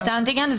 האנטיגן,